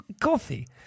Coffee